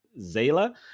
Zayla